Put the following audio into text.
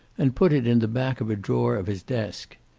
and put it in the back of a drawer of his desk.